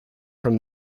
from